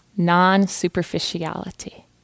Non-superficiality